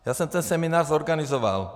Já jsem ten seminář zorganizoval.